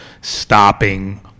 stopping